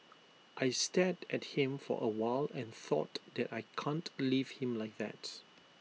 I stared at him for A while and thought that I can't leave him like that